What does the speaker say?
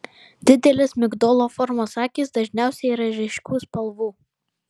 didelės migdolo formos akys dažniausiai yra ryškių spalvų